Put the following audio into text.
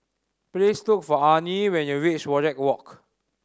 please look for Arnie when you reach Wajek Walk